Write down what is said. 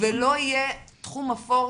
ולא יהיה תחום אפור,